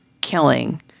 killing